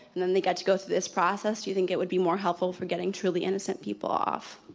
and then they got to go through this process, do you think it would be more helpful for getting truly innocent people off?